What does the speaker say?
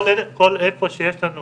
כל איפה שיש לנו